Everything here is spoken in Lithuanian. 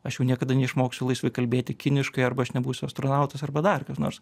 aš jau niekada neišmoksiu laisvai kalbėti kiniškai arba aš nebūsiu astronautas arba dar kas nors